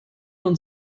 und